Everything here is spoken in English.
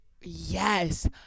yes